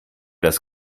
das